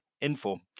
info